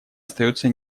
остается